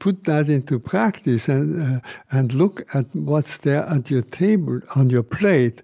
put that into practice ah and look at what's there at your table, on your plate,